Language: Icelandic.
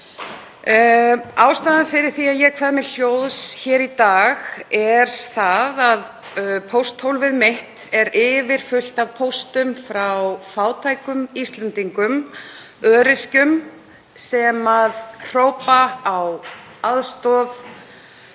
Ástæðan fyrir því að ég kveð mér hljóðs hér í dag er sú að pósthólfið mitt er yfirfullt af póstum frá fátækum Íslendingum, öryrkjum sem hrópa á aðstoð